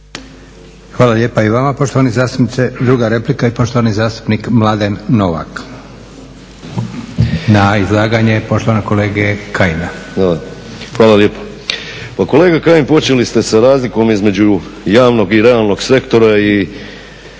Hvala lijepa i vama poštovani zastupniče. Druga replika i poštovani zastupnik Mladen Novak, na izlaganje poštovanog kolege Kajina. **Novak, Mladen (Hrvatski laburisti - Stranka rada)** Hvala lijepo. Pa kolega Kajin počeli ste sa razlikom između javnog i realnog sektora i